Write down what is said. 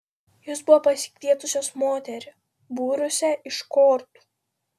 jos buvo pasikvietusios moterį būrusią iš kortų